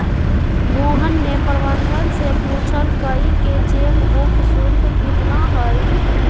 मोहन ने प्रबंधक से पूछल कई कि चेक बुक शुल्क कितना हई?